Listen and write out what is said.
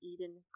Eden